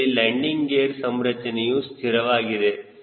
ಇದರಲ್ಲಿ landing gear ಸಂರಚನೆಯು ಸ್ಥಿರವಾಗಿದೆ